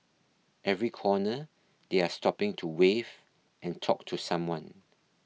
every corner they are stopping to wave and talk to someone